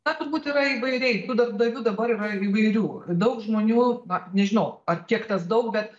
na turbūt yra įvairiai tų darbdavių dabar yra įvairių daug žmonių na nežinau ar kiek tas daug bet